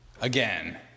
again